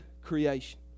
creation